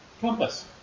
Compass